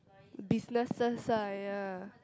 businesses ah ya